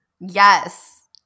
Yes